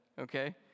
okay